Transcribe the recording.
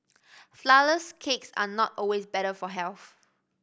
flourless cake are not always better for health